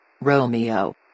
Romeo